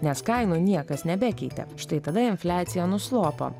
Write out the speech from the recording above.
nes kainų niekas nebekeitė štai tada infliacija nuslopo